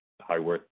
high-worth